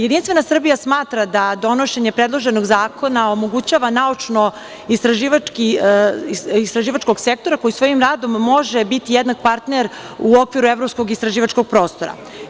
Jedinstvena Srbija smatra da donošenje predloženog zakona omogućava naučnoistraživačkog sektora koji svojim radom može biti jednak partner u okviru evropskog istraživačkog prostora.